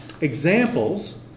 Examples